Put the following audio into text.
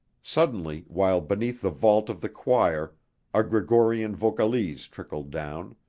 suddenly, while beneath the vault of the choir a gregorian vocalise trickled down,